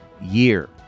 year